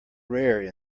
rare